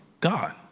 God